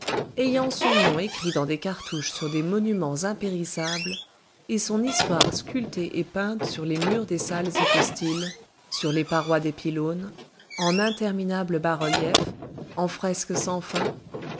ayant son nom écrit dans des cartouches sur des monuments impérissables et son histoire sculptée et peinte sur les murs des salles hypostyles sur les parois des pylônes en interminables bas-reliefs en fresques sans fin